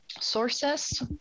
sources